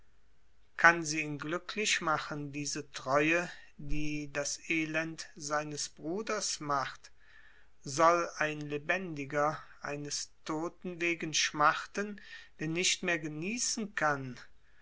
kann sie ihn glücklich machen diese treue die das elend seines bruders macht soll ein lebendiger eines toten wegen schmachten der nicht mehr genießen kann